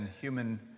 human